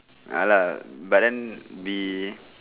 ya lah but then we